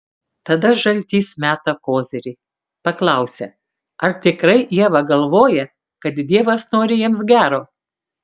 tada žaltys meta kozirį paklausia ar tikrai ieva galvoja kad dievas nori jiems gero